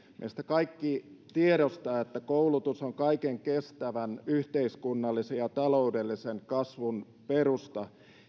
meistä kaikki tiedostavat että koulutus on kaiken kestävän yhteiskunnallisen ja taloudellisen kasvun perusta